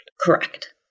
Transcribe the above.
Correct